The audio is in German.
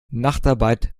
nachtarbeit